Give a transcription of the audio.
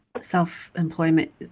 self-employment